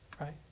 Right